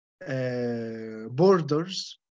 borders